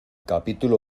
capítulo